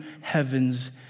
heavens